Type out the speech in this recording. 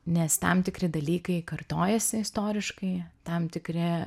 nes tam tikri dalykai kartojasi istoriškai tam tikri